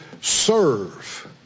serve